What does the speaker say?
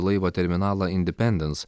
laivą terminalą indipendens